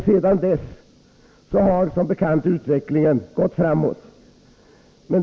Sedan dess har som bekant utvecklingen gått framåt.